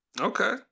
Okay